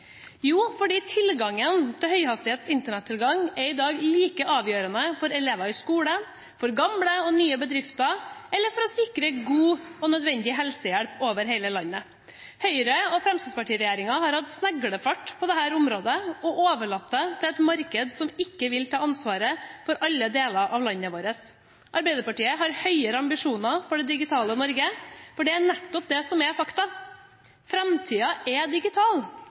Jo, fordi tilgangen til høyhastighetsnett i dag er like avgjørende for elever i skolen, for gamle og nye bedrifter og for å sikre god og nødvendig helsehjelp over hele landet. Høyre–Fremskrittsparti-regjeringen har hatt sneglefart på dette området og overlatt det til et marked som ikke vil ta ansvar for alle deler av landet vårt. Arbeiderpartiet har høyere ambisjoner for det digitale Norge, for det som er et faktum, er at framtiden er digital. Det som